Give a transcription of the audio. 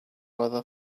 other